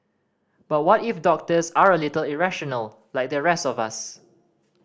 but what if doctors are a little irrational like the rest of us